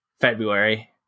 February